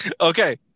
okay